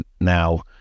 now